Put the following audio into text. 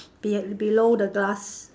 be~ below the glass